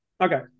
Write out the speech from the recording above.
Okay